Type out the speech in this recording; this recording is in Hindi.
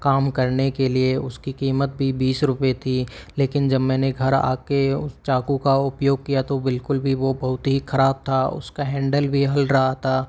काम करने के लिए उसकी कीमत भी बीस रुपये थी लेकिन जब मैंने घर आके उस चाकू का उपयोग किया तो बिलकुल भी वो बहुत ही खराब था उसका हैंडल भी हिल रहा था